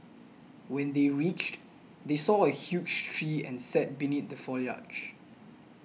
when they reached they saw a huge tree and sat beneath the foliage